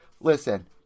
Listen